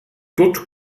dort